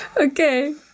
Okay